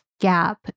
gap